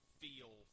feel